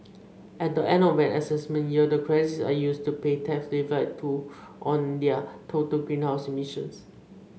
at the end of an assessment year the credits are used to pay tax levied to on their total greenhouse emissions